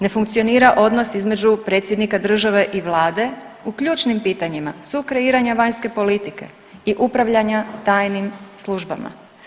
Ne funkcionira odnos između predsjednika države i vlade u ključnim pitanjima sukreiranja vanjske politike i upravljanja tajnim službama.